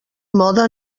mode